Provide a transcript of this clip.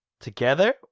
together